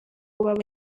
baba